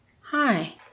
Hi